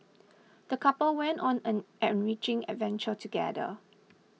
the couple went on an enriching adventure together